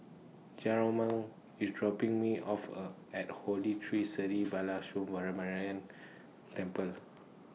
Jerome IS dropping Me off A At Holy Tree Sri Balasubramaniar Temple